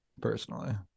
personally